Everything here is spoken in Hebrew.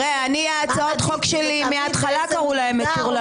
להצעות החוק שלי קראו מהתחלה מטורללות,